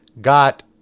got